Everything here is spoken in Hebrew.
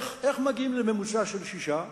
איך מגיעים לממוצע של 6?